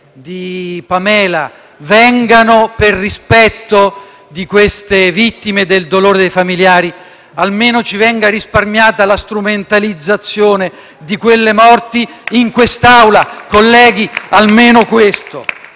di Pamela e Desirée. Per rispetto di quelle vittime e del dolore dei familiari, almeno ci venga risparmiata la strumentalizzazione di quelle morti in quest'Aula. *(Applausi dal Gruppo